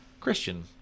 Christian